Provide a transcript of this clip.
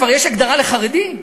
כבר יש הגדרה לחרדים,